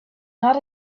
not